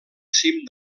cim